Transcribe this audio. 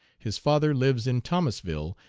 his father lives in thomasville,